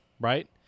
right